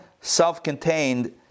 self-contained